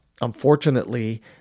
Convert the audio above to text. unfortunately